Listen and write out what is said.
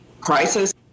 crisis